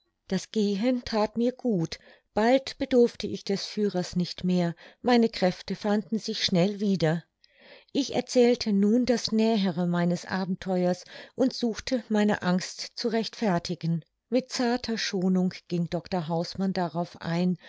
das gehen that mir gut bald bedurfte ich des führers nicht mehr meine kräfte fanden sich schnell wieder ich erzählte nun das nähere meines abenteuers und suchte meine angst zu rechtfertigen mit zarter schonung ging dr hausmann darauf ein